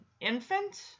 infant